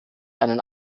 einen